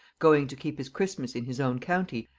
going to keep his christmas in his own county,